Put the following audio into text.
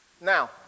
Now